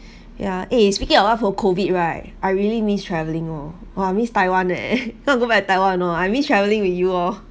ya eh speaking of what COVID right I really missed travelling lor !wah! miss taiwan eh want to go back taiwan oh I missed travelling with you oh